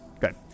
good